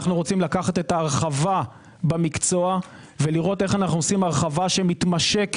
אנו רוצים לקחת את ההרחבה במקצוע ולראות איך אנו עושים הרחבה שמתמשקת